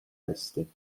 hästi